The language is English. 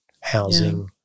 housing